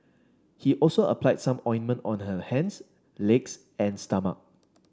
he also applied some ointment on her hands legs and stomach